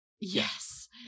Yes